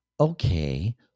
okay